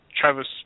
Travis